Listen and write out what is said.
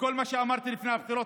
וכל מה שאמרתי לפני הבחירות,